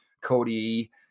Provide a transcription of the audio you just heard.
Cody